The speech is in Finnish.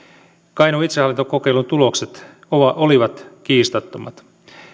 kainuun itsehallintokokeilun tulokset olivat kiistattomat